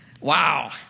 Wow